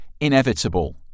inevitable